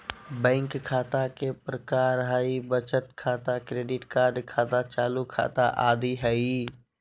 bank खता के प्रकार हइ बचत खाता, क्रेडिट कार्ड खाता, चालू खाता आदि हइ